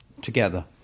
together